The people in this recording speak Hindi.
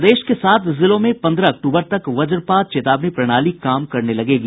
प्रदेश के सात जिलों में पन्द्रह अक्टूबर तक वज्रपात चेतावनी प्रणाली काम करने लगेगी